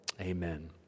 Amen